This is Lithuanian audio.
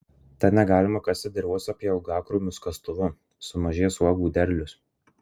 tad negalima kasti dirvos apie uogakrūmius kastuvu sumažės uogų derlius